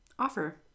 offer